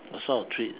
what sort of treat